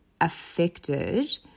affected